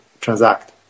transact